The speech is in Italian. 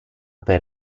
per